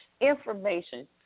information